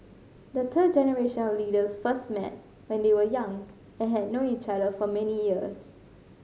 the third generation of leaders first met when they were young and had known each other for many years